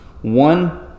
one